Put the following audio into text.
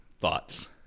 thoughts